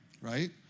Right